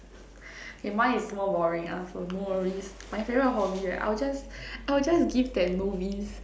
K mine is more boring lah so no worries my favorite hobby right I'll just I'll just give that novice